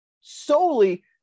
solely